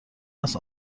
است